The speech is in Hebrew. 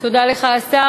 תודה לך, השר.